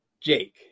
Jake